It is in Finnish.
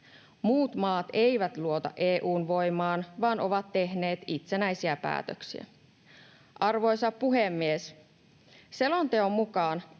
Muut maat eivät luota EU:n voimaan vaan ovat tehneet itsenäisiä päätöksiä. Arvoisa puhemies! Selonteon mukaan